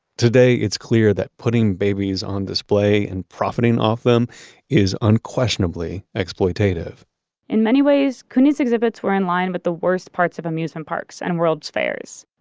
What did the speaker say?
today, it's clear that putting babies on display and profiting off them is unquestionably exploitative in many ways, couney's exhibits were in line, with the worst parts of amusement parks and world's fairs.